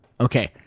okay